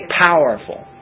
Powerful